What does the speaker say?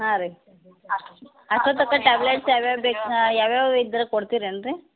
ಹಾಂ ರೀ ಅಷ್ಟೊನ್ ತಕ್ಕ ಟ್ಯಾಬ್ಲೆಟ್ಸ್ ಯಾವ್ಯಾವ ಬೇಕು ಹಾಂ ಯಾವ್ಯಾವ ಇದ್ರ ಕೊಡ್ತೀರ ಏನು ರೀ